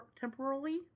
temporarily